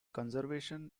conservation